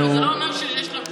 אבל זה לא אומר שיש לו,